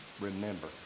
remember